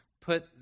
put